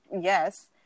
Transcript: yes